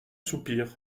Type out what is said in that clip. soupir